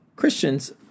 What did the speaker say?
Christians